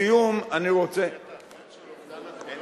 בהעלאת אחוז